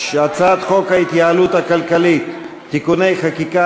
הצעת חוק ההתייעלות הכלכלית (תיקוני חקיקה